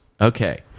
Okay